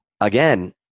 again